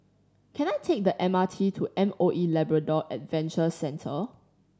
can I take the M R T to M O E Labrador Adventure Centre